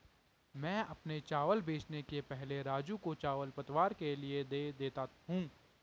मैं अपने चावल बेचने के पहले राजू को चावल पतवार के लिए दे देता हूं